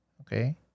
Okay